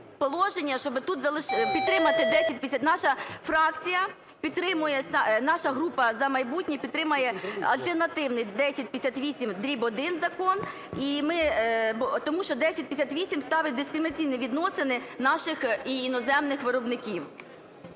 Наша фракція підтримує, наша група "За майбутнє" підтримає альтернативний 1058-1 закон і ми…, тому що 1058 ставить в дискримінаційні відносини наших і іноземних виробників.